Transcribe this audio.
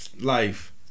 life